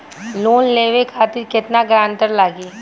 Loan लेवे खातिर केतना ग्रानटर लागी?